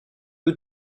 peu